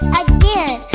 again